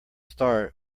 start